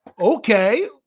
okay